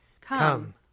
Come